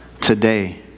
today